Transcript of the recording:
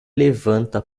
levanta